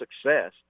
success